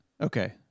okay